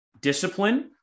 discipline